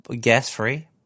gas-free